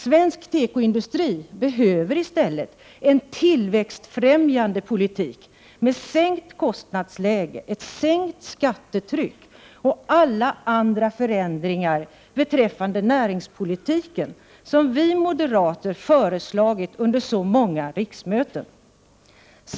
Svensk tekoindustri behöver i stället en tillväxtfrämjande politik med ett sänkt kostnadsläge, ett sänkt skattetryck och alla andra förändringar beträffande näringspolitiken som vi moderater föreslagit under så många riksmöten.